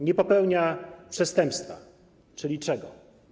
Nie popełnia przestępstwa, czyli czego?